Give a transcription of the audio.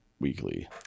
Weekly